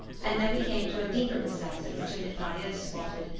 and then we came to a deeper recess in which a mitrailleuse squatted,